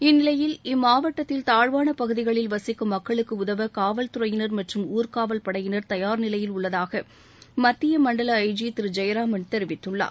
இந்நிலையில் இம்மாவட்டத்தில் தாழ்வான பகுதிகளில் வசிக்கும் மக்களுக்கு உதவ காவல் துறையினர் மற்றும் ஊர்க்காவல் படையினர் தயார் நிலையில் உள்ளதாக மத்திய மண்டல ஐஜி திரு ஜெயராமன் தெரிவித்துள்ளார்